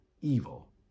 evil